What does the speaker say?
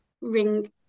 ring